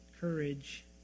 courage